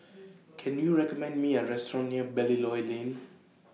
Can YOU recommend Me A Restaurant near Belilios Lane